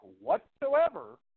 whatsoever